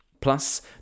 plus